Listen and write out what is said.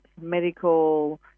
medical